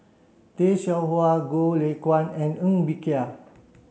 Tay Seow Huah Goh Lay Kuan and Ng Bee Kia